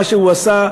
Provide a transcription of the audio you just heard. מה שהוא עשה,